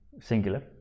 Singular